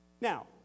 Now